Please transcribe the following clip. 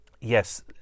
yes